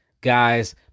guys